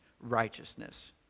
righteousness